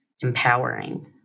empowering